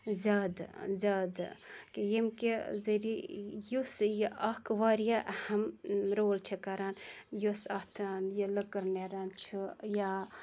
زیادٕ زیادٕ ییٚمہِ کہِ ذٔریعہٕ یُس یہِ اَکھ واریاہ اَہَم رول چھِ کَران یۄس اَتھ یہِ لٔکٕر نیٚران چھُ یا